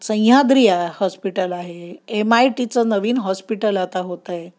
Sahyadri hospital आहे M I टीचं नवीन हॉस्पिटल आता होतं आहे